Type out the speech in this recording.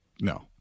no